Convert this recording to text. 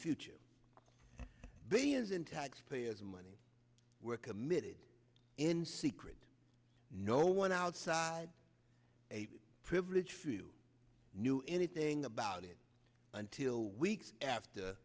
future billions in taxpayers money were committed in secret no one outside a privileged few knew anything about it until weeks after